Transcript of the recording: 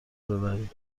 ببری